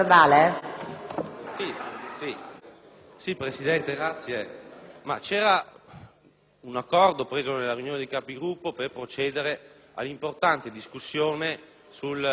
Presidente, c'era un accordo preso nella Conferenza dei Capigruppo per procedere all'importante discussione sul disegno di legge sulla sicurezza,